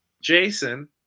Jason